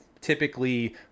typically